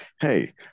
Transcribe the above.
hey